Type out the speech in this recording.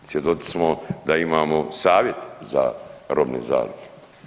Svjedoci smo da imamo Savjet za robne zalihe.